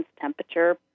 temperature